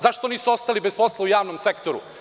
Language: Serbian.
Zašto nisu ostali bez posla u javnom sektoru?